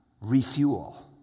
refuel